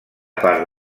part